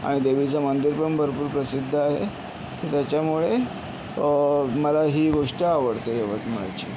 आणि देवीचं मंदिर पण भरपूर प्रसिद्ध आहे त्याच्यामुळे मला ही गोष्ट आवडते यवतमाळची